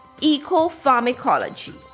eco-pharmacology